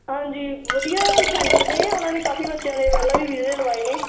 ਹਾਂਜੀ ਵਧੀਆ ਸੈਂਟਰ ਨੇ ਉਹਨਾਂ ਨੇ ਕਾਫੀ ਬੱਚਿਆਂ ਦੇ ਪਹਿਲਾਂ ਵੀ ਵੀਜ਼ੇ ਲਗਵਾਏ ਨੇ